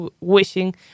wishing